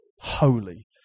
holy